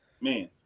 Man